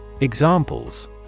Examples